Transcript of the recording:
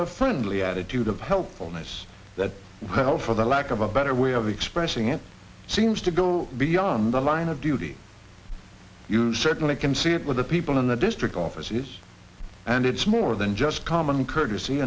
a friendly attitude of helpfulness that help for the lack of a better way of expressing it seems to go beyond the line of duty you certainly can see it with the people in the district offices and it's more than just common courtesy